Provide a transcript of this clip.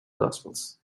gospels